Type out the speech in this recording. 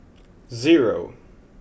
zero